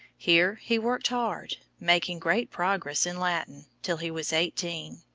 here he worked hard, making great progress in latin, till he was eighteen.